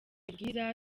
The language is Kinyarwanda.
bwiza